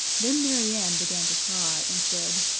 then mary ann began to cry, and said